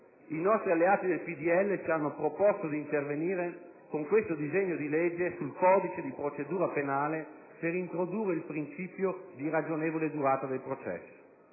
i nostri alleati del PdL ci hanno proposto di intervenire con questo disegno di legge sul codice di procedura penale per introdurre il principio di ragionevole durata del processo.